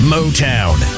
Motown